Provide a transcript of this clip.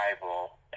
Bible